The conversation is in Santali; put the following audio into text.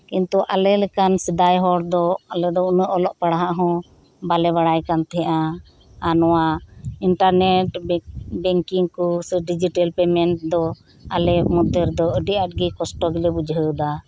ᱠᱤᱱᱛᱩ ᱟᱞᱮ ᱞᱮᱠᱟᱱ ᱥᱮᱫᱟᱭ ᱦᱚᱲᱫᱚ ᱟᱞᱮᱫᱚ ᱩᱱᱟᱹᱜ ᱚᱞᱚᱜ ᱯᱟᱲᱦᱟᱜ ᱦᱚᱸ ᱵᱟᱞᱮ ᱵᱟᱲᱟᱭ ᱠᱟᱱ ᱛᱟᱦᱮᱫᱼᱟ ᱟᱨ ᱱᱚᱶᱟ ᱤᱱᱴᱟᱨᱱᱮᱴ ᱵᱮᱝᱠᱤᱝᱠᱚ ᱥᱮ ᱰᱤᱡᱤᱴᱮᱞ ᱯᱮᱢᱮᱱᱴ ᱫᱚ ᱟᱞᱮ ᱢᱚᱫᱽᱫᱷᱮᱨᱮ ᱟᱹᱰᱤ ᱟᱴᱜᱮ ᱠᱚᱥᱴᱚ ᱜᱮᱞᱮ ᱵᱩᱡᱷᱟᱹᱣᱮᱫᱟ